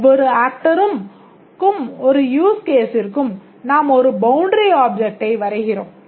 ஒவ்வொரு ஆக்டருக்கும் யூஸ் கேஸிற்கும் நாம் ஒரு பவுண்டரி அப்ஜெக்ட்டை வரைகிறோம்